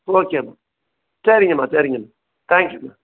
ஓகேம்மா சரிங்கம்மா சரிங்கம்மா தேங்க் யூம்மா